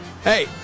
Hey